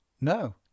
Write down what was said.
no